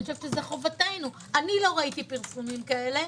זו חובתנו אני לא ראיתי פרסומים כאלה.